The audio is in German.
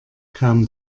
kaum